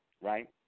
right